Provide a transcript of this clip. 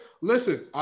Listen